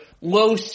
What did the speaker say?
low